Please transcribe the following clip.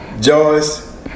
Joyce